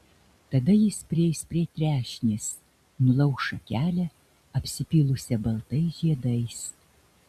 tada jis prieis prie trešnės nulauš šakelę apsipylusią baltais žiedais